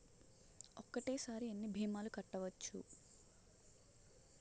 ఒక్కటేసరి ఎన్ని భీమాలు కట్టవచ్చు?